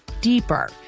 deeper